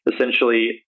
essentially